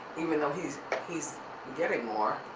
even though he's he's getting more,